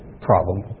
problem